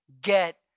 get